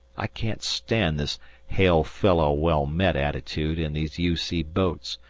i can't stand this hail-fellow-well-met attitude in these u c. boats,